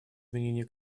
изменения